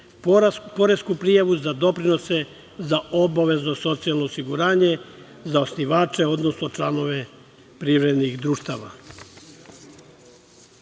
poresku prijavu za doprinose za obavezno socijalno osiguranje za osnivače, odnosno članove privrednih društava.Za